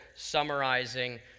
summarizing